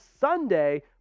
Sunday